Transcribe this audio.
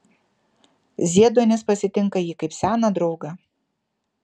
zieduonis pasitinka jį kaip seną draugą